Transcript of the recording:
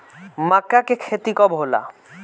मक्का के खेती कब होला?